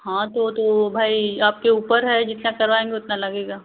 हाँ तो तो भाई आपके ऊपर है जितना करवाएंगी उतना लगेगा